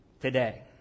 today